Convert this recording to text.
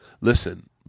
listen